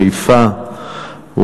חיפה,